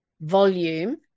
volume